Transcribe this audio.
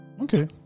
Okay